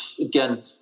again